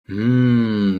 hmm